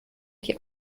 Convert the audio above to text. die